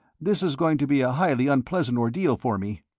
this is going to be a highly unpleasant ordeal for me.